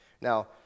Now